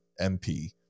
MP